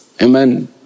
Amen